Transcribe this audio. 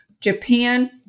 Japan